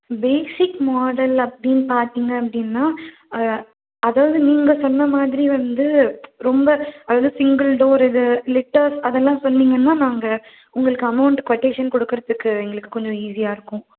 basic model அப்படின்னு பார்த்திங்க அப்படின்னா அதாவது நீங்கள் சொன்ன மாதிரி வந்து ரொம்ப அதாவது சிங்கிள் டோர் இது லிட்டர்ஸ் அதெல்லாம் சொன்னிங்கன்னால் நாங்கள் உங்களுக்கு அமௌண்ட் கொட்டேஷன் கொடுக்கறத்துக்கு எங்களுக்கு கொஞ்சம் ஈஸியாக இருக்கும்